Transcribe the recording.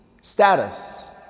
status